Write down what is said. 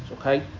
Okay